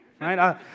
right